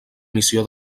missió